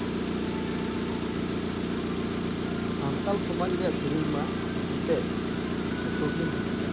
ᱥᱟᱱᱛᱟᱞ ᱥᱚᱢᱟᱡᱽ ᱨᱮᱭᱟᱜ ᱥᱤᱨᱤᱧ ᱢᱟ ᱮᱱᱛᱮᱫ ᱡᱚᱛᱚᱜᱤᱧ ᱠᱩᱥᱤᱭᱟᱜ